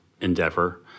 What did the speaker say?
endeavor